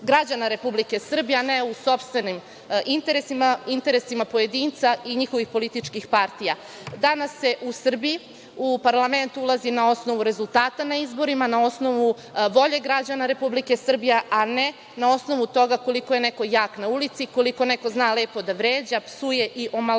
građana Republike Srbije, a ne u sopstvenim interesima, interesima pojedinca i njihovih političkih partija. Danas se u Srbiji, u parlament ulazi na osnovu rezultata na izborima, na osnovu volje građana Republike Srbije, a ne na osnovu toga koliko je neko jak na ulici i koliko neko zna lepo da vređa, psuje i omalovažava.